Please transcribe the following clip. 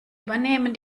übernehmen